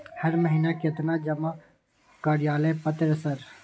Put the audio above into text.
हर महीना केतना जमा कार्यालय पत्र सर?